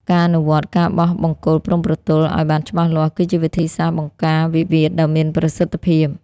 ការអនុវត្ត "ការបោះបង្គោលព្រំប្រទល់" ឱ្យបានច្បាស់លាស់ គឺជាវិធីសាស្ត្របង្ការវិវាទដ៏មានប្រសិទ្ធភាព។